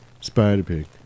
Spider-Pig